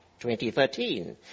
2013